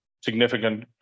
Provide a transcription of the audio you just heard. significant